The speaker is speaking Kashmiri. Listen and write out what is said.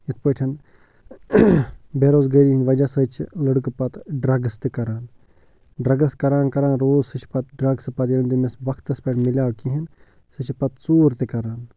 یِتھ پٲٹھۍ بے روزگٲری ہِنٛدۍ وَجہ سۭتۍ چھِ لٔڑکہٕ پتہٕ ڈرٛگٕس تہِ کَران ڈرٛگٕس کَران کَران روٗد سُہ چھِ پتہٕ ڈرٛگسہٕ پتہٕ ییٚلہِ تٔمِس وقتتس پٮ۪ٹھ میلیو کِہیٖنۍ سُہ چھِ پتہٕ ژوٗر تہِ کَران